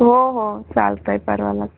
हो हो चालतं आहे सर्वाला